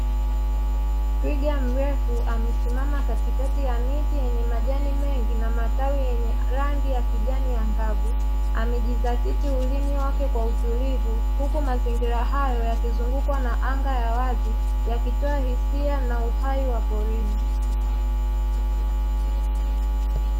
Twiga mrefu amesimama katikati ya miti yenye majani mengi na matawi yenye rangi ya kijani ya ngavu, amejidhatiti ulimi wake kwa utulivu huku mazingira hayo yakizungukwa na anga ya wazi yakitoa hisia na uhai wa porini.